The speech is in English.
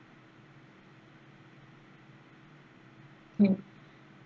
hmm